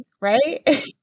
right